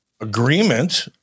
agreement